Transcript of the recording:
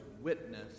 witness